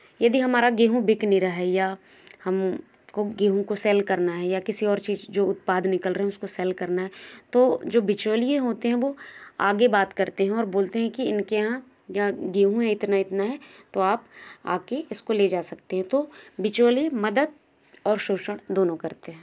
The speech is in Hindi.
यदि हमारा गेहूं बिक नहीं रहा है या हम को गेहूं को सेल करना है या किसी ओर चीज़ जो उत्पाद निकल रहे हैं उसको सेल करना है तो जो बिचौलिए होते हैं वो आगे बात करते हैं और बोलते हैं कि इनके यहाँ यहाँ गेहूं है इतना इतना है तो आप आके इसको ले जा सकते हैं तो बिचौलिए मदद और शोषण दोनों करते हैं